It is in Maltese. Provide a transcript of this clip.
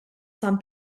san